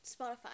Spotify